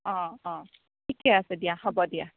অ অ ঠিকে আছে দিয়া হ'ব দিয়া